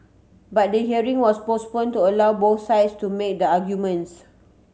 but they hearing was postpone to allow both sides to made arguments